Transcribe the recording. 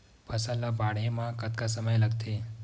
फसल ला बाढ़े मा कतना समय लगथे?